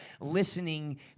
listening